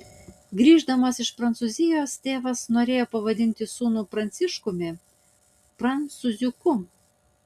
grįždamas iš prancūzijos tėvas norėjo pavadinti sūnų pranciškumi prancūziuku